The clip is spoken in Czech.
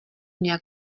nějak